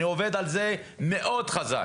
אני עובד על זה מאוד חזק.